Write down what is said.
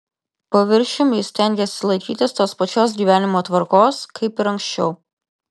paviršium jis stengėsi laikytis tos pačios gyvenimo tvarkos kaip ir anksčiau